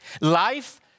Life